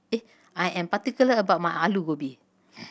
I am particular about my Alu Gobi